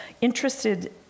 interested